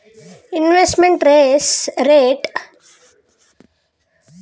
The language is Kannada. ಇನ್ವೆಸ್ಟ್ಮೆಂಟ್ ರೇಟ್ ರಿಸ್ಕ್ ನಲ್ಲಿ ಎರಡು ವಿಧ ರಿಸ್ಕ್ ಪ್ರೈಸ್ ರಿಸ್ಕ್ ಮತ್ತು ರಿಇನ್ವೆಸ್ಟ್ಮೆಂಟ್ ರಿಸ್ಕ್